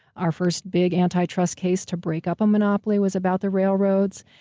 our first big anti-trust case to break up a monopoly was about the railroads.